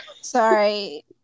Sorry